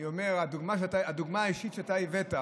אני אומר שהדוגמה האישית שאתה הבאת,